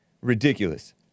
Ridiculous